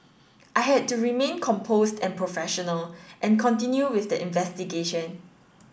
I had to remain composed and professional and continue with the investigation